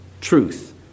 truth